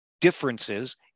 differences